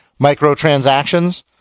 microtransactions